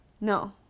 No